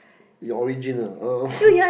your origin ah